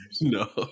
No